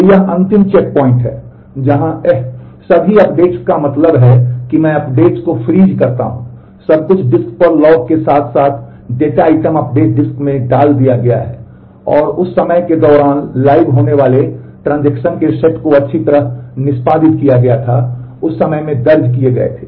तो यह अंतिम चेकपॉइंट है जहां eh सभी अपडेट्स का मतलब है कि मैं अपडेट्स को फ्रीज करता हूं सब कुछ डिस्क पर लॉग के साथ साथ डेटा आइटम अपडेट्स डिस्क में डाल दिया गया था और उस समय के दौरान लाइव होने वाले ट्रांज़ैक्शन के सेट को अच्छी तरह से निष्पादित किया गया था उस समय में दर्ज किए गए थे